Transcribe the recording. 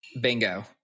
Bingo